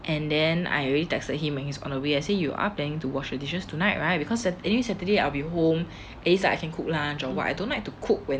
and then I already texted him when he is on the way I say you are planning to wash the dishes tonight right because at ev~ every saturday I'll be home is I can cook lunch or what I don't like to cook when